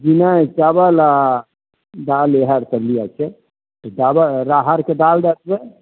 नहि चाबल आ दाल इएह आर सब लिए के छै चाबल राहड़के दाल दै देबै